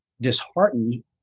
disheartened